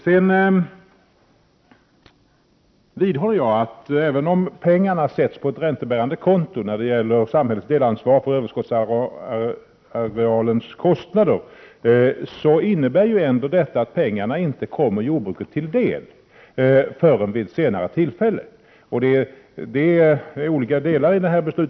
Jag vidhåller att även om pengarna — när det gäller samhällets delansvar för överskottsarealens kostnader — sätts in på ett räntebärande konto, innebär det ändå att pengarna inte kommer jordbruket till del förrän vid ett senare tillfälle. Det finns olika delar i detta beslut.